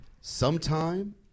Sometime